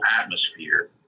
atmosphere